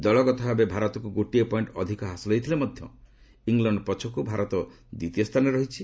ଦଳଗତ ଭାବେ ଭାରତକୁ ଗୋଟିଏ ପଏଣ୍ଟ ଅଧିକ ହାସଲ ହୋଇଥିଲେ ମଧ୍ୟ ଇଂଲଣ୍ଡ ପଛକୁ ଭାରତ ଦ୍ୱିତୀୟ ସ୍ଥାନରେ ରହିଛି